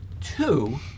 two